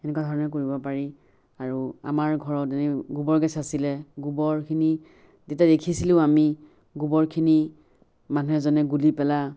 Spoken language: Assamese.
তেনেকুৱা ধৰণে কৰিব পাৰি আৰু আমাৰ ঘৰত এনে গোৱৰ গেছ আছিলে গোৱৰখিনি তেতিয়া দেখিছিলোঁ আমি গোৱৰখিনি মানুহ এজনে গুলি পেলাই